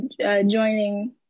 joining